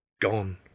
Gone